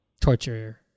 torture